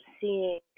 Seeing